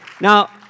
Now